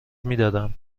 میدادم